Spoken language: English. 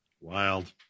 Wild